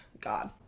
god